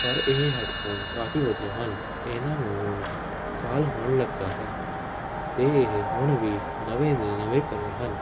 ਪਰ ਇਹ ਹੈਡਫੋਨ ਕਾਫੀ ਵਧੀਆ ਹਨ ਇਹਨਾਂ ਨੂੰ ਹੁਣ ਸਾਲ ਹੋਣ ਲੱਗਾ ਹੈ ਅਤੇ ਇਹ ਹੁਣ ਵੀ ਨਵੇਂ ਦੇ ਨਵੇਂ ਪਏ ਹਨ